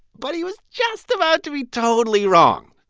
but he was just about to be totally wrong.